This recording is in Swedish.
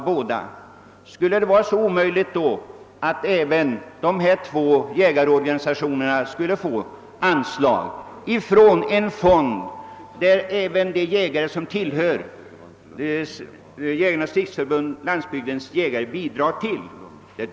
Jag tycker det är ett rättvisekrav att de två jägarorganisationerna i Sverige får anslag från en fond till vilken även de jägare som tillhör Jägarnas = riksförbund—Landsbygdens jägare får bidraga.